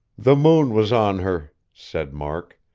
the moon was on her, said mark.